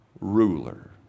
ruler